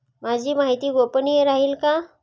माझी माहिती गोपनीय राहील का?